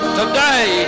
today